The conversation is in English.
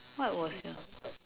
what was your